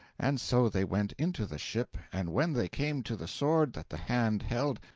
and so they went into the ship, and when they came to the sword that the hand held,